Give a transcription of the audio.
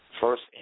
first